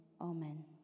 amen